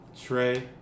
trey